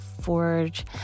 forge